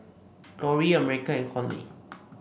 Loree America and Conley